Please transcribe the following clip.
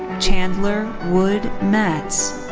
chandler wood matz.